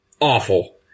awful